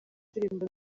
ndirimbo